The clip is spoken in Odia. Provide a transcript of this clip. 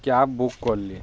କ୍ୟାବ୍ ବୁକ୍ କଲି